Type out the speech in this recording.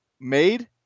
made